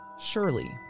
surely